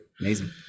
Amazing